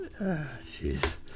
Jeez